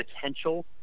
potential